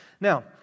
Now